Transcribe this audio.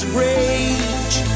rage